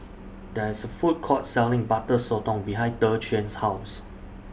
There IS A Food Court Selling Butter Sotong behind Dequan's House